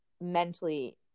mentally